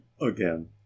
again